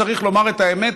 צריך לומר את האמת,